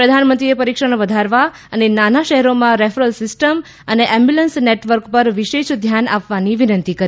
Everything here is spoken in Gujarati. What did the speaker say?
પ્રધાનમંત્રીએ પરીક્ષણ વધારવા અને નાના શહેરોમાં રેફરલ સિસ્ટમ અને એમ્બ્યુલન્સ નેટવર્ક પર વિશેષ ધ્યાન આપવાની વિનંતી કરી